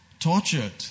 Tortured